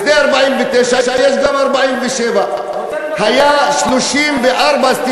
לפני 1949 יש גם 1947. הוא רוצה לבטל את הסיפוח,